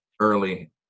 early